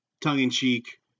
tongue-in-cheek